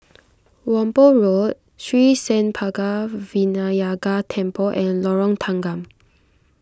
Whampoa Road Sri Senpaga Vinayagar Temple and Lorong Tanggam